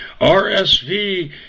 rsv